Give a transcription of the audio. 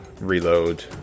reload